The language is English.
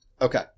Okay